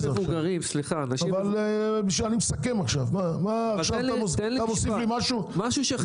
אתם לא יכולים